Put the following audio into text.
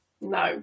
No